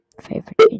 Favorite